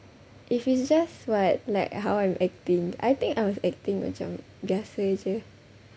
if it's just what like how I'm acting I think I was acting macam biasa jer